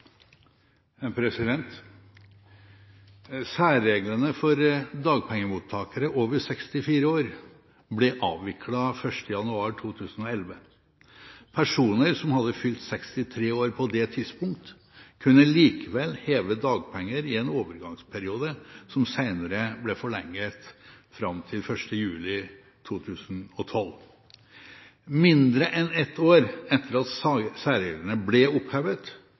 hadde fylt 63 år på det tidspunkt, kunne likevel heve dagpenger i en overgangsperiode som senere ble forlenget fram til 1. juli 2012. Mindre enn et år etter at særreglene ble opphevet,